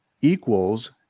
equals